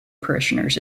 parishioners